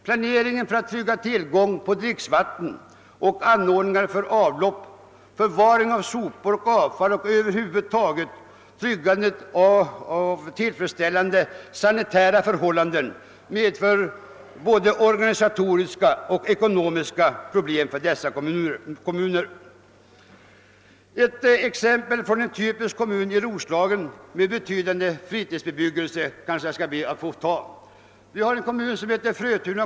Planeringen för att trygga tillgången på dricksvatten, anordningar för avlopp, förvaring av sopor och avfall och över huvud taget byggandet av tillfredsställande sanitära anordningar medför både organisatoriska och ekonomiska problem för dessa kommuner. Ett exempel på en typisk kommun i Roslagen med betydande fritidsbebyggelse är Frötuna kommun.